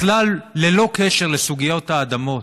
בכלל, ללא קשר לסוגיית האדמות.